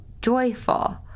joyful